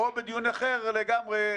או בדיון אחר לגמרי,